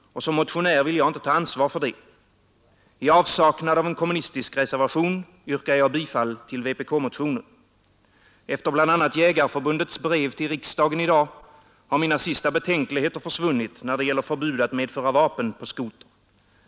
Som motionär vill jag inte ta ansvar för det. I avsaknad av en kommunistisk reservation yrkar jag bifall till vpk-motionen 1718. Efter bl.a. Svenska jägareförbundets brev till riksdagen i dag har mina sista betänkligheter försvunnit när det gäller förbud att medföra vapen på skoter.